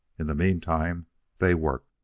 in the meantime they worked.